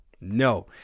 no